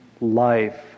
life